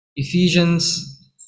Ephesians